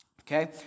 okay